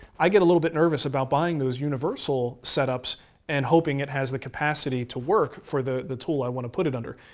i get a little nervous about buying those universal set ups and hoping it has the capacity to work for the the tool i want to put it under.